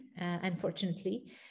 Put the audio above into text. unfortunately